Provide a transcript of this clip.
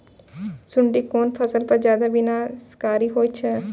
सुंडी कोन फसल पर ज्यादा विनाशकारी होई छै?